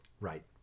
Right